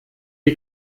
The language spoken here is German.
die